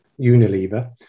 Unilever